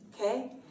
Okay